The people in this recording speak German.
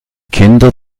kinder